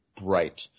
bright